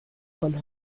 von